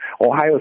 Ohio